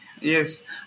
Yes